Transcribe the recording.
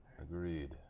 Agreed